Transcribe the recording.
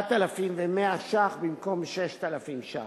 4,100 שקלים במקום 6,000 שקלים.